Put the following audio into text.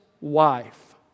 wife